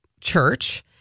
Church